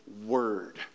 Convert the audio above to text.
word